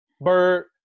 Bird